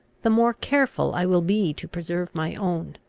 the more careful i will be to preserve my own.